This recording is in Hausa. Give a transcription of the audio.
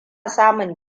samun